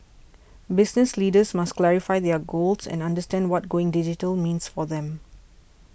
business leaders must clarify their goals and understand what going digital means for them